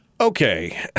Okay